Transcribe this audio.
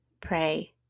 pray